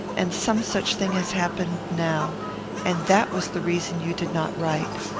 and some such thing has happened now and that was the reason you did not write.